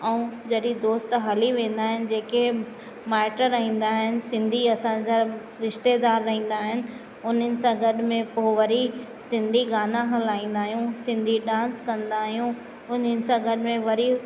ऐं जॾहिं दोस्त हली वेंदा आहिनि जेके माइट रहंदा आहिनि सिंधी असांजा रिश्तेदार रहंदा आहिनि उन्हनि सां गॾु में पोइ वरी सिंधी गाना हलाईंदा आहुयूं सिंधी डांस कंदा आहियूं उन्हनि सां गॾु में वरी